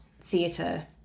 theatre